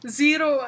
zero